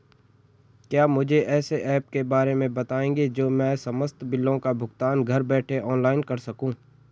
क्या मुझे ऐसे ऐप के बारे में बताएँगे जो मैं समस्त बिलों का भुगतान घर बैठे ऑनलाइन कर सकूँ?